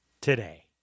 today